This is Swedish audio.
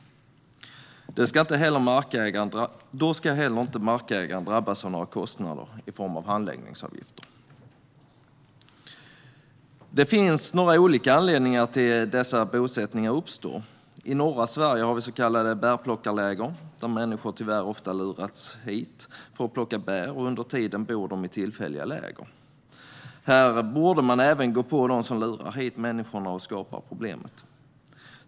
Då ska heller inte markägaren drabbas av några kostnader i form av handläggningsavgifter. Det finns olika anledningar till att dessa bosättningar uppstår. I norra Sverige finns så kallade bärplockarläger. Människor har tyvärr ofta lurats hit för att plocka bär, och under tiden bor de i tillfälliga läger. Här borde man även gå på dem som lurar hit människorna och skapar problemet.